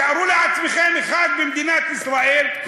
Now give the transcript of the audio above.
תארו לעצמכם אחד במדינת ישראל אומר,